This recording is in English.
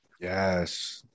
Yes